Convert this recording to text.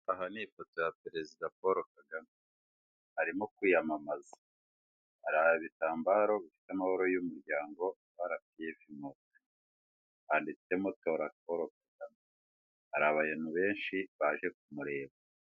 Aha ni ifoto ya perezida Paul Kagame arimo kwiyamamaza, hari ibitambaro bifite amabara y'umuryango RPF inkotanyi, handitsemo tora Paul Kagame hari abantu benshi baje kumureba.